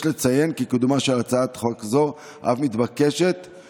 יש לציין כי קידומה של הצעת חוק זאת אף מתבקש במסגרת